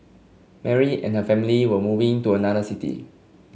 Mary and family were moving to another city